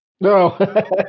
No